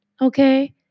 Okay